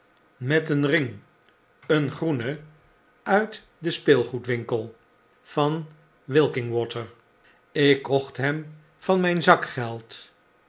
met een ring een groene uitden speelgoed winkel van wilkingwater ik kocht hem van myn zakgeld